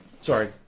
sorry